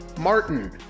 Martin